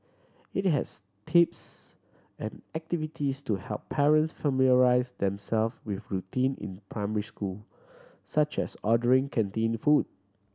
it has tips and activities to help parents familiarise themself with routine in primary school such as ordering canteen food